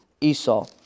Esau